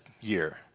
year